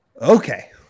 Okay